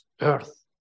earth